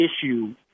issue –